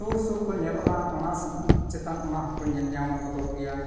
ᱥᱩᱨ ᱥᱩᱨᱠᱚ ᱧᱮᱞᱚᱜᱼᱟ ᱚᱱᱟᱥ ᱪᱮᱛᱟᱱ ᱚᱱᱟᱦᱚᱸᱠᱚ ᱧᱮᱞ ᱧᱟᱢ ᱜᱚᱫᱚᱜ ᱜᱮᱭᱟ